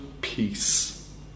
peace